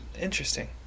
interesting